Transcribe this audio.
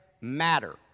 matter